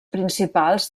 principals